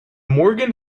morgan